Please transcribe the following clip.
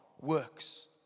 works